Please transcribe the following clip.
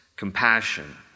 Compassion